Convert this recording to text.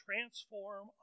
transform